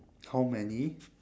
how many